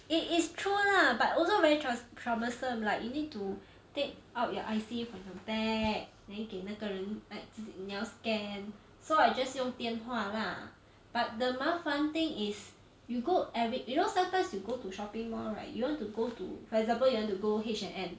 it is true lah but also very trou~ troublesome like you need to take out your I_C from your bag then 给那个人 like 自己你要 scan so I just 用电话 lah but the 麻烦 thing is you go every you know sometimes you go to shopping mall right you want to go to for example you want to go H&M